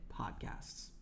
podcasts